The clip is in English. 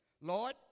Lord